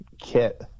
kit